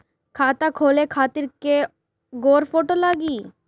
खाता खोले खातिर कय गो फोटो लागी?